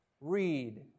read